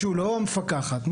לא מפקחת.